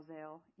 Zale